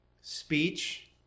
speech